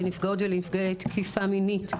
לנפגעי ונפגעות תקיפה מינית,